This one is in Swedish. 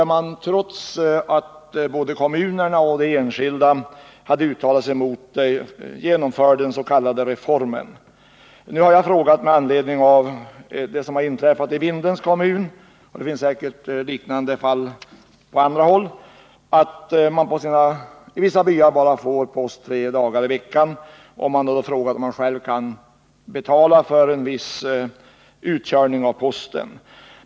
Trots att både kommunerna och de enskilda hade uttalat sig emot det, genomfördes den s.k. reformen. Med anledning av det som nu inträffat i Vindelns kommun — det finns säkert liknande fall på andra håll — nämligen att man i vissa byar får post bara tre dagar i veckan, har jag frågat om man själv kan betala för viss utkörning av post.